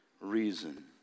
reason